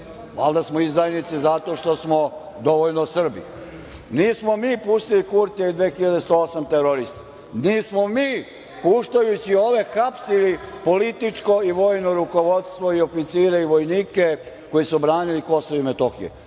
Valjda smo izdajnici zato što smo dovoljno Srbi? Nismo mi pustili Kurtija i 2.108 terorista. Nismo mi puštajući ove, hapsili političko i vojno rukovodstvo i oficire i vojnike koji su branili Kosovo i Metohiju.